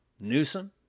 newsom